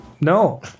No